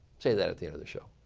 say that at the end of the show.